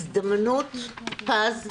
שאנחנו מצויים בו מזמן לנו הזדמנות פז,